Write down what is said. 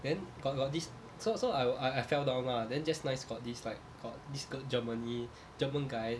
then got got this so so I I fell down lah then just nice got this like got this germany german guy